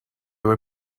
were